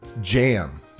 jam